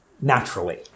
naturally